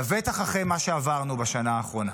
לבטח אחרי מה שעברנו בשנה האחרונה.